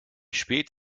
spät